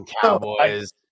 cowboys